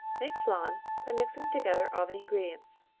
make flan by mixing together all the ingredients.